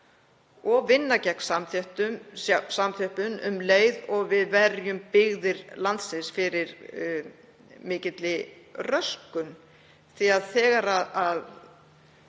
og vinna gegn samþjöppun um leið og við verjum byggðir landsins fyrir mikilli röskun því að þegar